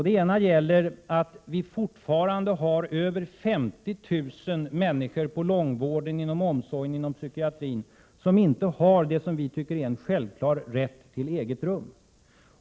Det ena problemet är att vi fortfarande har mer än 50 000 människor på långvården, inom omsorgen och inom psykiatrin som inte har det som vi tycker är en självklarhet, nämligen rätt till eget rum.